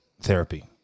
therapy